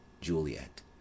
Juliet